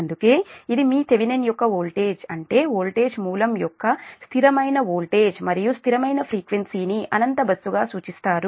అందుకే ఇది మీ థెవెనిన్ యొక్క వోల్టేజ్ అంటే వోల్టేజ్ మూలం యొక్క స్థిరమైన వోల్టేజ్ మరియు స్థిరమైన ఫ్రీక్వెన్సీ ని అనంతమైన బస్సు గా సూచిస్తారు